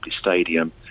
Stadium